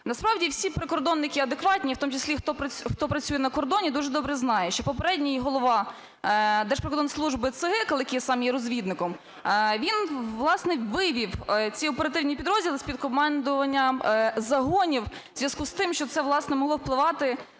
Насправді всі прикордонники адекватні, в тому числі хто працює на кордоні, дуже добре знає, що попередній голова Держприкордонслужби Цигикал, який сам є розвідником, він, власне, вивів ці оперативні підрозділи з-під командування загонів в зв'язку з тим, що це, власне, могло впливати